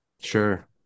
Sure